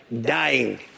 dying